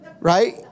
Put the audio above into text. right